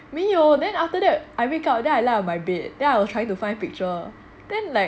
没有 then after that I wake up then I lie on my bed then I was trying to find picture then like